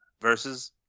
versus